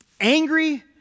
angry